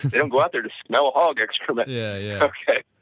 they don't go out there to smell hog excrement yeah, yeah okay.